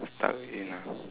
stuck in ah